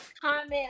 comment